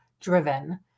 driven